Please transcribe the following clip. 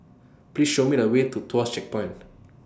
Please Show Me A Way to Tuas Checkpoint